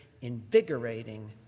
invigorating